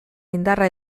indarra